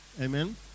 Amen